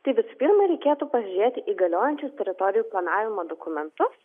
tai visų pirma reikėtų pažiūrėti į galiojančius teritorijų planavimo dokumentus